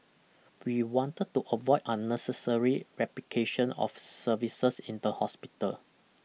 we wanted to avoid unnecessary replication of services in the hospital